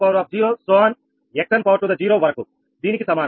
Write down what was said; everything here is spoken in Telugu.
xnవరకు దీనికి సమానం